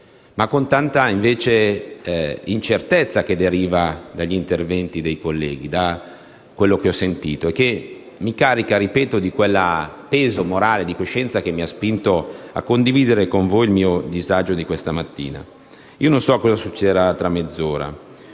infatti tanta incertezza, che deriva dagli interventi dei colleghi e che mi carica di quel peso morale di coscienza che mi ha spinto a condividere con voi il mio disagio di questa mattina. Io non so cosa succederà tra mezz'ora,